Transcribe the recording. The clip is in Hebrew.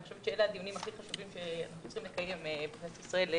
אני חושבת שאלה הדיונים הכי חשובים שאנחנו צריכים לקיים בכנסת ישראל,